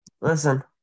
Listen